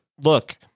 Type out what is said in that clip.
look